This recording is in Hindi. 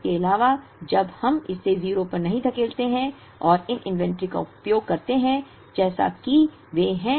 इसके अलावा जब हम इसे 0 पर नहीं धकेलते हैं और इन इन्वेंटरी का उपयोग करते हैं जैसा कि वे हैं